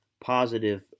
positive